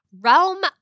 Realm